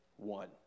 One